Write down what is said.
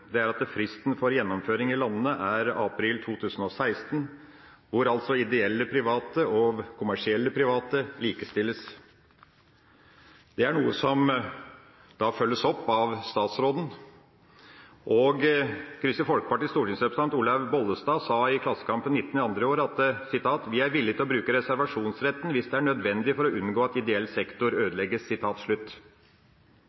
direktivet, er at fristen for gjennomføring i landene er april 2016, og at ideelle private og kommersielle private likestilles. Det er noe som følges opp av statsråden. Kristelig Folkepartis stortingsrepresentant Olaug V. Bollestad sa i Klassekampen 19. februar i år: «Vi er villige til å bruke reservasjonsretten hvis det er nødvendig for å unngå at ideell sektor